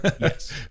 Yes